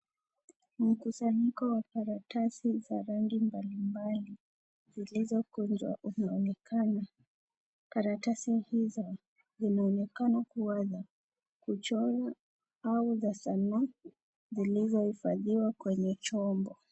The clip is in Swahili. Mkusanyiko wa karatasi za rangi mbali mbali uliokunjwa unaonekana, karatai hizo zinaonekana kuwa na kuchorwa au za samaki zilizozaliwa kwenye chombo.